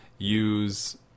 use